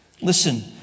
Listen